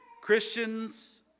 Christians